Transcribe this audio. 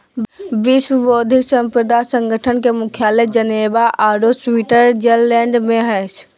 विश्व बौद्धिक संपदा संगठन के मुख्यालय जिनेवा औरो स्विटजरलैंड में हइ